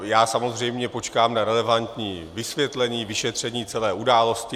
Já samozřejmě počkám na relevantní vysvětlení, vyšetření celé události.